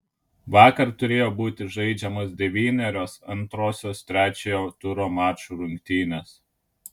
vakar turėjo būti žaidžiamos devynerios antrosios trečiojo turo mačų rungtynės